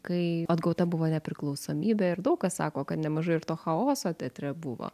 kai atgauta buvo nepriklausomybė ir daug kas sako kad nemažai ir to chaoso teatre buvo